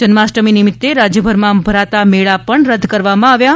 જન્માષ્ટમી નિમિત્તે રાજ્યભરમાં ભરાતા મેળા પણ રદ કરવામાં આવ્યા છે